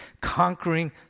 conquering